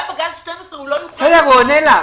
גם בגל 12 הוא לא יוכל --- הוא עונה לך.